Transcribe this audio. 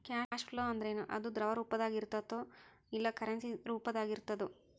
Cash flow ಅಂದ್ರೇನು? ಅದು ದ್ರವ ರೂಪ್ದಾಗಿರ್ತದೊ ಇಲ್ಲಾ ಕರೆನ್ಸಿ ರೂಪ್ದಾಗಿರ್ತದೊ?